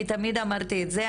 אני תמיד אמרתי את זה,